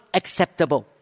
acceptable